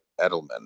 Edelman